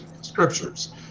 scriptures